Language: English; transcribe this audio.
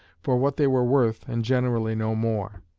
for what they were worth and generally no more.